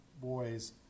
boys